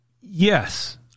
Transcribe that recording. yes